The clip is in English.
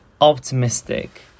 Optimistic